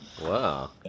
Wow